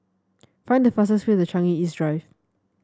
find the fastest way to Changi East Drive